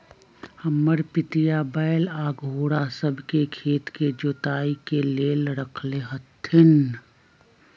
हमर पितिया बैल आऽ घोड़ सभ के खेत के जोताइ के लेल रखले हथिन्ह